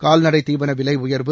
கால்நடைத் தீவன விலை உயர்வு